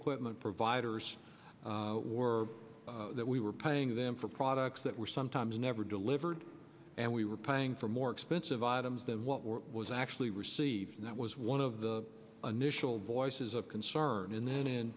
equipment providers were that we were paying them for products were sometimes never delivered and we were paying for more expensive items than what was actually received and that was one of the initial voices of concern and then in